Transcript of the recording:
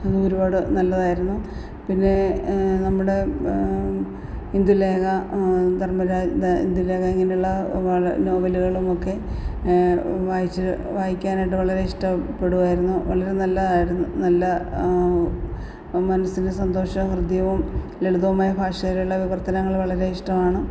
അതൊരുപാട് നല്ലതായിരുന്നു പിന്നെ നമ്മുടെ ഇന്ദുലേഖ ധർമരാ ഇന്ദുലേഖ ഇങ്ങനെയുള്ള വള നോവലുകളുമൊക്കെ വായിച്ച് വായിക്കാനായിട്ട് വളരെ ഇഷ്ട്ടപ്പെടുവായിരുന്നു വളരെ നല്ലതായിരുന്നു നല്ല മനസ്സിന് സന്തോഷം ഹൃദ്യവും ലളിതവുമായ ഭാഷകളിലെ വിവർത്തനങ്ങൾ വളരെ ഇഷ്ടമാണ്